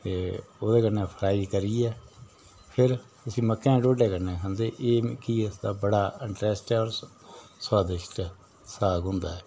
ते ओह्दे कन्नै फ्राई करियै फिर उसी मक्कें ढोड्डै कन्नै खंदे एह् मिकी इसदा बड़ा टेस्ट ऐ होर सोआदिष्ट साग होन्दा ऐ